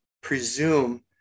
presume